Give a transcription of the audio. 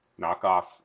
knockoff